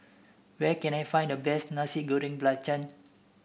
where can I find the best Nasi Goreng Belacan